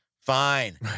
Fine